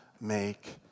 make